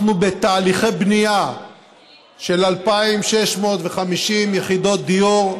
אנחנו בתהליכי בנייה של 2,650 יחידות דיור.